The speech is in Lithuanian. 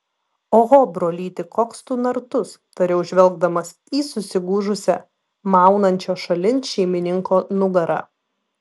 oho brolyti koks tu nartus tariau žvelgdamas į susigūžusią maunančio šalin šeimininko nugarą